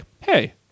hey